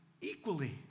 equally